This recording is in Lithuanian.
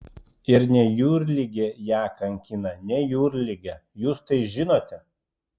ir ne jūrligė ją kankina ne jūrligė jūs tai žinote